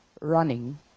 running